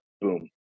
boom